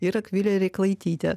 ir akvilė rėklaitytė